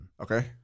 Okay